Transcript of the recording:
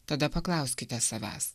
tada paklauskite savęs